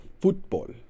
football